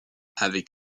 avec